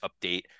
update